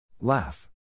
Laugh